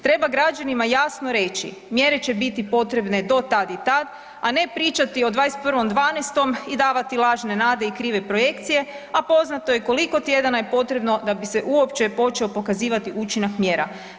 Treba građanima jasno reći mjere će biti potrebne do tad i tad, a ne pričati od 21.12 i davati lažne nade i krive projekcije, a poznato je koliko tjedana je potrebno da bi se uopće počeo pokazivati učinak mjera.